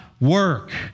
work